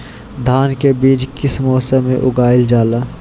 धान के बीज किस मौसम में उगाईल जाला?